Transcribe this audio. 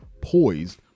poised